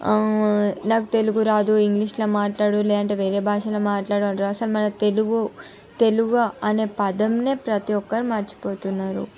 నాకు తెలుగు రాదు ఇంగ్లీష్ల మాట్లాడు లేదంటే వేరే భాషలో మాట్లాడు అంటుర్రు అస్సలు మన తెలుగు తెలుగు అనే పదంనే ప్రతి ఒక్కరు మర్చిపోతున్నారు